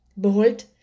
Behold